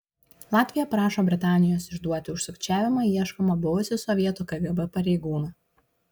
latvija prašo britanijos išduoti už sukčiavimą ieškomą buvusį sovietų kgb pareigūną